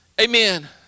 Amen